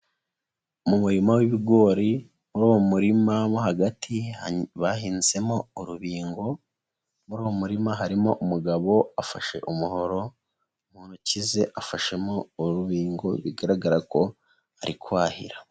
Mu murima w'ibigori muri uwo murima mo hagati bahinzemo urubingo, muri uwo muririma harimo umugabo afashe umuhoro mu ntoki ze afashemo urubingo bigaragara ko ari kwahira.